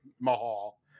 Mahal